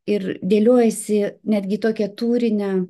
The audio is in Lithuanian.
ir dėliojasi netgi tokią tūrinę